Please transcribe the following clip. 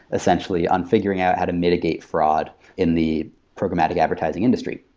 essentially, on figuring out how to mitigate fraud in the programmatic advertising industry.